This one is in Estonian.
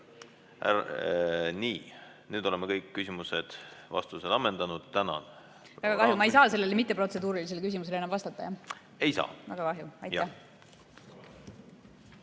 Nii, nüüd oleme kõik küsimused-vastused ammendanud. Tänan! Väga kahju! Ma ei saa sellele mitteprotseduurilisele küsimusele vastata, jah? Väga kahju! Ma